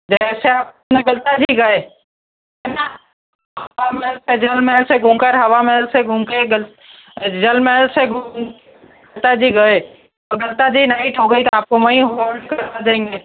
जैसे आप गलता जी गए महल से घूम कर हवा महल से घूम के जल महल से घूम गलता जी गए और गलता जी में नाइट हो गई तो आप को वहीं हॉटल करवा देंगे